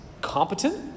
competent